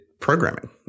programming